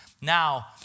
Now